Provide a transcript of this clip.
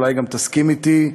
אולי גם תסכים אתי,